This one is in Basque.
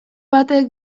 batek